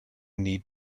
need